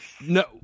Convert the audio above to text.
No